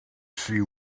see